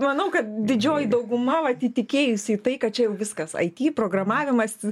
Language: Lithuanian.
manau kad didžioji dauguma vat įtikėjusi į tai kad čia jau viskas it programavimas